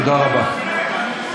תודה רבה.